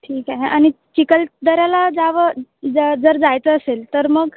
ठीक आहे आणि चिखलदऱ्याला जावं ज जर जायचं असेल तर मग